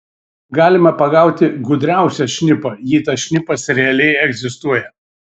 galima pagauti gudriausią šnipą jei tas šnipas realiai egzistuoja